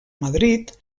madrid